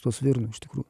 to svirno iš tikrųjų